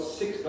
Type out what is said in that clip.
six